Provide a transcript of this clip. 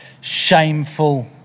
shameful